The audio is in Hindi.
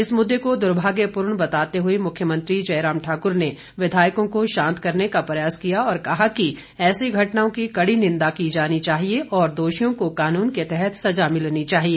इस मुद्दे को दुर्भाग्यपूर्ण बताते हुए मुख्यमंत्री जयराम ठाकुर ने विधायकों को शांत करने का प्रयास किया और कहा कि ऐसी घटनाओं की कड़ी निंदा की जानी चाहिए और दोषियों को कानून के तहत सजा मिलनी चाहिए